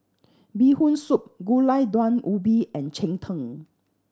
Bee Hoon Soup Gulai Daun Ubi and cheng tng